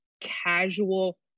casual